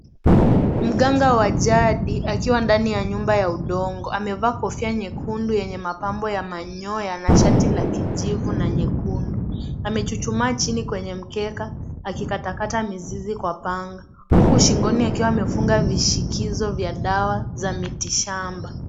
Mganga wa jadi akiwa ndani ya nyumba ya udongo. amevaa kofia nyekundu yenye mapambo ya manyoya na shati la kijivu na nyekundu. Amechuchumaa chini kwenye mkeka akikatakata mizizi na panga. Huku shingoni akiwa amefunga vishikizo vya dawa ya miti shamba.